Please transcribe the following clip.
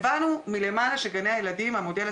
אפילו הם